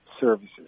services